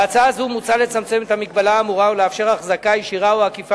בהצעה זו מוצע לצמצם את המגבלה האמורה ולאפשר החזקה ישירה או עקיפה